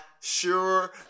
sure